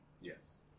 Yes